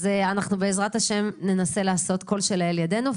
בעזרת השם, ננסה לעשות כל שלאל ידינו.